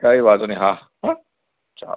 કઈ વાંધો નહીં હા હો ચાલો